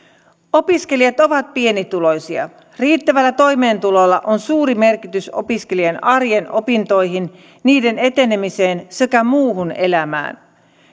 opiskelijat ovat pienituloisia riittävällä toimeentulolla on suuri merkitys opiskelijan arjen opintoihin niiden etenemiseen sekä muuhun elämään